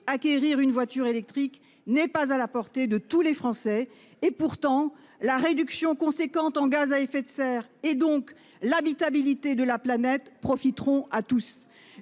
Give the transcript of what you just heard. acquérir une voiture électrique n'est pas à la portée de tous les Français et pourtant la réduction conséquente en gaz à effet de serre et donc l'habitabilité de la planète profiteront à tous